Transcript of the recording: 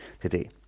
today